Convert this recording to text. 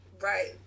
Right